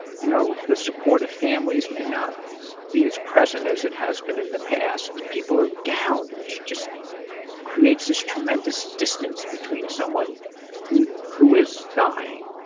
you know, the support of families may not be as present as it has been in the past. people are gowned, which just creates this tremendous distance between someone who who is dying.